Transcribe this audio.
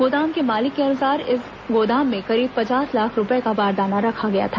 गोदाम के मालिक के अनुसार इस गोदाम में करीब पचास लाख रूपये का बारदाना रखा गया था